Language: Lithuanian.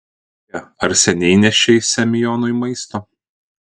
beje ar seniai nešei semionui maisto